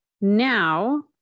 now